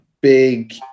big